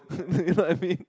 you know what I mean